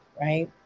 right